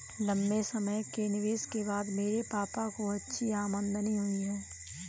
लंबे समय के निवेश के बाद मेरे पापा को अच्छी आमदनी हुई है